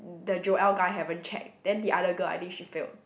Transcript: the Joel guy haven't checked then the other girl I think she failed